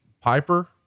Piper